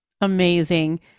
Amazing